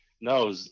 no